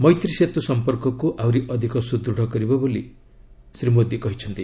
ମୈତ୍ରୀ ସେତୁ ସମ୍ପର୍କକୁ ଆହୁରି ଅଧିକ ସୁଦୃଢ଼ କରିବ ବୋଲି ସେ କହିଛନ୍ତି